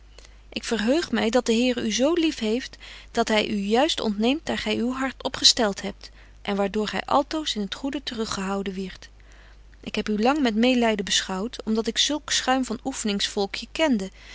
ik verheug my dat de here u zo lief heeft dat hy u juist ontneemt daar gy uw hart op gestelt hebt en waardoor gy altoos in t goede te rug gehouden wierdt ik heb u lang met meêlyden beschouwt om dat ik zulk schuim van oefningsvolkje kende